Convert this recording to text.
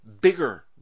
bigger